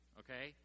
okay